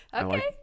Okay